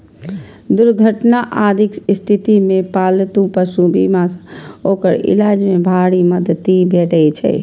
दुर्घटना आदिक स्थिति मे पालतू पशु बीमा सं ओकर इलाज मे भारी मदति भेटै छै